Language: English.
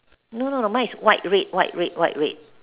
no no no mine is white red white red white red